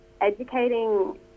educating